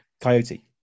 coyote